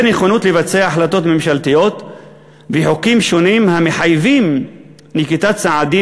היעדר נכונות לבצע החלטות ממשלתיות וחוקים שונים המחייבים נקיטת צעדים